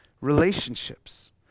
relationships